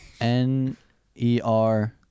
N-E-R